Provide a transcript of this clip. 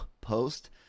post